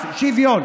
שוויון.